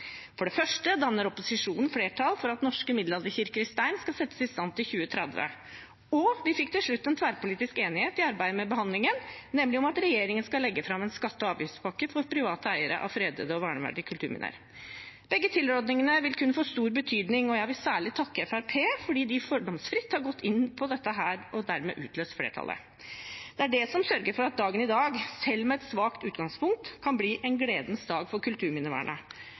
For det første danner opposisjonen flertall for at norske middelalderkirker i stein skal settes i stand til 2030, og vi fikk til slutt en tverrpolitisk enighet i arbeidet med behandlingen, nemlig om at regjeringen skal legge fram en skatte- og avgiftspakke for private eiere av fredede og verneverdige kulturminner. Begge tilrådningene vil kunne få stor betydning, og jeg vil særlig takke Fremskrittspartiet fordi de fordomsfritt har gått inn på dette og dermed utløste flertallet. Det er det som sørger for at dagen i dag – selv med et svakt utgangspunkt – kan bli en gledens dag for kulturminnevernet.